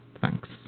Thanks